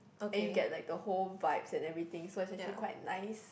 and you get like the whole vibes and everything so is actually quite nice